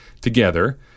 together